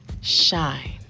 Shine